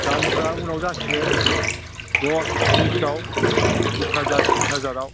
दामफ्रा उनाव जासिगोन दस बिसाव बिस हाजार थ्रिस हाजाराव